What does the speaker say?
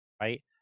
right